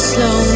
Slow